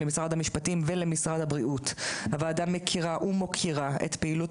למשרד המשפטים ולמשרד הבריאות הוועדה מכירה ומוקירה את פעילות